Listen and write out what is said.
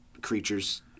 creatures